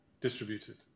distributed